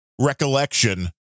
recollection